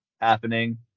happening